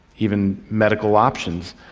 even medical options,